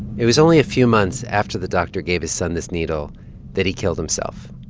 it was only a few months after the doctor gave his son this needle that he killed himself,